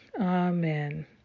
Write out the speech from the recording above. Amen